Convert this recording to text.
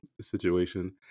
situation